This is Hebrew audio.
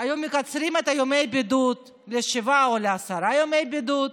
היו מקצרים את ימי הבידוד לשבעה או לעשרה ימי בידוד,